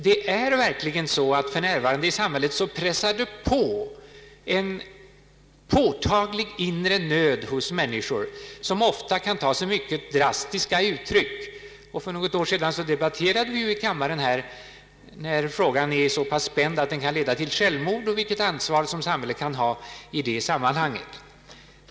Det är verkligen så att det i samhället för närvarande pressar på en påtaglig inre nöd hos människor, och denna kan ofta ta sig mycket drastiska uttryck. För något år sedan debatterade vi här i kammaren problemet om när den psykiska pressen är så pass spänd att den kan leda till självmord och vilket ansvar samhället bör ha i detta sammanhang.